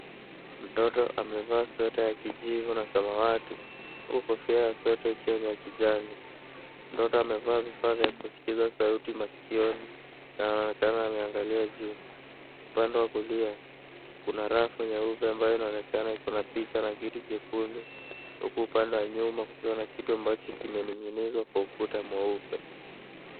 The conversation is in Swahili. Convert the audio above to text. Mtoto amevaa sweta ya kijivu na samawati, huku kofia ya sweta ikiwa ni ya kijani. Mtoto amevaa vifaa vya kusikiza sauti masikioni na anaonekana ameangalia juu. Upande wa kulia, kuna rafu nyeupe ambayo inaonekana iko na picha na kitu jekundu. Huku upande wa nyuma kukiwa na kitu ambacho kimening'inizwa kwa ukuta mweupe.